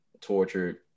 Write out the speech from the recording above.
tortured